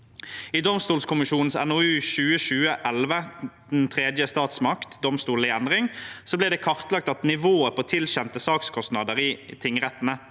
I domstolkommisjonens NOU 2020: 11, Den tredje statsmakt – Domstolene i endring, ble nivået på tilkjente sakskostnader i tingrettene